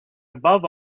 above